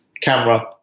camera